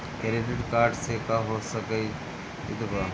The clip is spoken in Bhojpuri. क्रेडिट कार्ड से का हो सकइत बा?